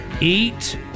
Eat